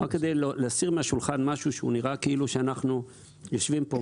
רק כדי להסיר מהשולחן משהו שנראה כאילו שאנחנו יושבים פה,